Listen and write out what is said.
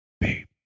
babe